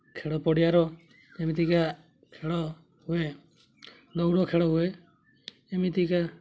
ଖେଳପଡ଼ିଆର ଏମିତିକା ଖେଳ ହୁଏ ଦୌଡ଼ ଖେଳ ହୁଏ ଏମିତିକା